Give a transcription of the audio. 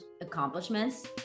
accomplishments